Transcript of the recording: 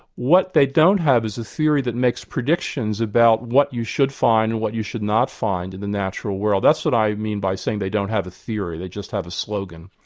what they don't have is a theory that makes predictions about what you should find or what you should not find in the natural world. that's what i mean by saying they don't have a theory, they just have a slogan.